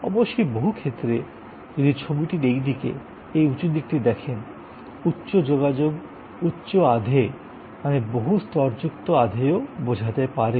অবশ্যই বহু ক্ষেত্রে যদি ছবিটির এই দিকে এই উঁচু দিকটি দেখেন উচ্চ যোগাযোগ উচ্চ আধেয় মানে বহু স্তরযুক্ত আধেয়ও বোঝাতে পারে